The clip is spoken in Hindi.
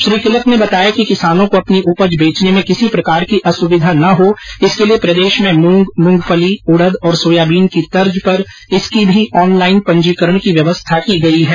श्री किलक ने बताया कि किसानों को अपनी उपज बेचने में किसी प्रकार की असुविधा नहीं हो इसके लिए प्रदेश में मूंग मूंगफली उड़द और सोयाबीन की तर्ज पर इसकी भी ऑनलाईन पंजीकरण की व्यवस्था की गई है